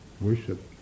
worship